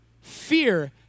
Fear